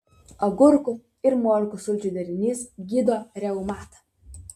agurkų ir morkų sulčių derinys gydo reumatą